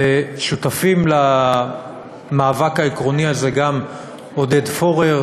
ושותפים למאבק העקרוני הזה גם עודד פורר,